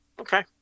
Okay